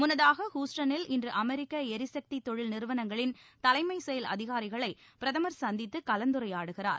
முன்னதாக ஹூஸ்டனில் இன்று அமெரிக்க எரிசக்தி தொழில் நிறுவனங்களின் தலைமைச் செயல் அதிகாரிகளை பிரதமர் சந்தித்து கலந்துரையாடுகிறார்